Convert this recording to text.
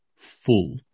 full